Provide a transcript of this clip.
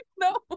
No